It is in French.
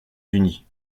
unis